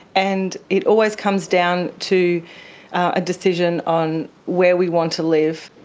and it always comes down to a decision on where we want to live.